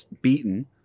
beaten